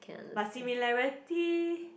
but similarity